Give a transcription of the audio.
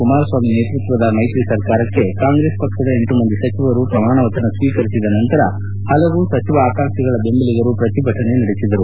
ಕುಮಾರಸ್ವಾಮಿ ನೇತೃತ್ವದ ಮೈತ್ರಿ ಸರ್ಕಾರಕ್ಕೆ ಕಾಂರೆಸ್ ಪಕ್ಷದ ಎಂಟು ಮಂದಿ ಸಚಿವರು ಪ್ರಮಾಣ ವಚನ ಸ್ವೀಕರಿಸಿದ ನಂತರ ಹಲವು ಸಚಿವ ಆಕಾಂಕ್ಷಿಗಳ ಬೆಂಬಲಿಗರು ಪ್ರತಿಭಟನೆ ನಡೆಸಿದರು